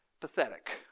pathetic